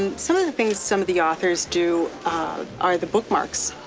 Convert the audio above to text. and some of the things some of the authors do are the bookmarks,